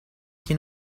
chi